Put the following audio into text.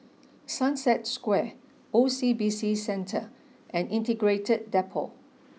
Sunset Square O C B C Centre and Integrated Depot